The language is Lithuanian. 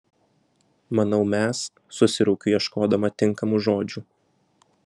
manau mes susiraukiu ieškodama tinkamų žodžių